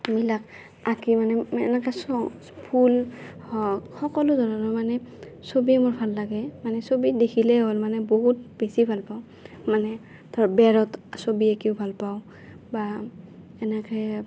এইবিলাক আঁকি মানে এনেকুৱা চখ ফুল হওঁক সকলো ধৰণৰ মানে ছবি মোৰ ভাল লাগে মানে ছবি দেখিলে হ'ল মানে বহুত বেছি ভাল পাওঁ মানে ধৰক বেৰত ছবি আঁকিও ভাল পাওঁ বা এনেকৈ